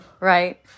Right